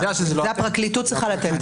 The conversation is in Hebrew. את זה הפרקליטות צריכה לתת.